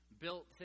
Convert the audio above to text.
built